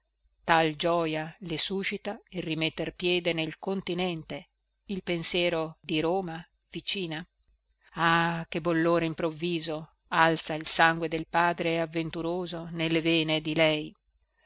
tal gioja le suscita il rimetter piede nel continente il pensiero di roma vicina ah che bollore improvviso alza il sangue del padre avventuroso nelle vene di lei